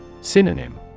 Synonym